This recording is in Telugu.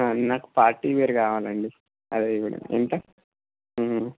నాకు పార్టీవేర్ కావాలండి అదే ఎంత